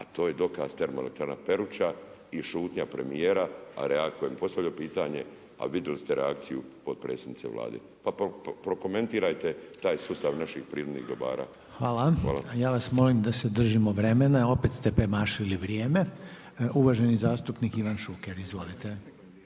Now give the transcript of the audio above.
a to je dokaz termo elektrana Peruča i šutnja premijera, a …/Govornik se ne razumije./… postavljam pitanje, a vidjeli ste reakciju potpredsjednice Vlade. Pa prokomentirajte taj sustav naših prirodnih dobara. Hvala. **Reiner, Željko (HDZ)** Hvala. Lijepo vas molim da se držimo vremena. Opet ste premašili vrijeme. Uvaženi zastupnik Ivan Šuker, izvolite.